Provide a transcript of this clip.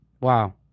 Wow